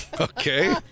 Okay